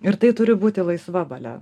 ir tai turi būti laisva valia